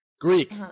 greek